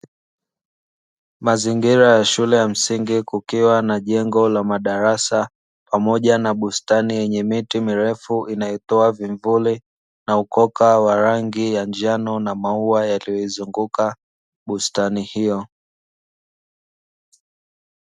Mazingira ya shule ya msingi kukiwa na jengo la madarasa, pamoja na bustani yenye miti mirefu inayotoa vivuli na ukoka wa rangi ya njano, na mauwa yaliyoizunguka bustani hiyo.